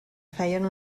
feien